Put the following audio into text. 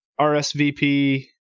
RSVP